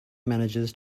manages